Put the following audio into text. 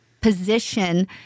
position